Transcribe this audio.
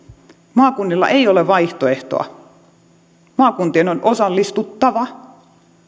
maakunnilla ei ole vaihtoehtoa maakuntien on osallistuttava